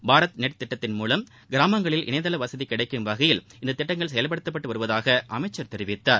Bharat net திட்டத்தின் மூலம் கிராமங்களில் இணையதள வசதி கிடைக்கும் வகையில் இந்த திட்டங்கள் செயல்படுத்தப்பட்டு வருவதாக அமைச்சர் தெரிவித்தார்